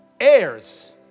Heirs